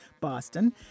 Boston